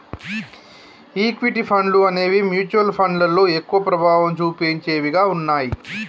equity ఫండ్లు అనేవి mutual ఫండ్లలో ఎక్కువ ప్రభావం చుపించేవిగా ఉన్నయ్యి